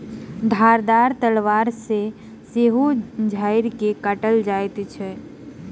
धारदार तलवार सॅ सेहो झाइड़ के काटल जाइत छै